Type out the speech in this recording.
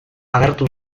agertu